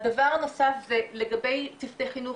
הדבר הנוסף זה לגבי צוותי חינוך,